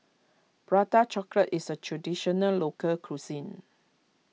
Prata Chocolate is a Traditional Local Cuisine